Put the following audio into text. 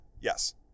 Yes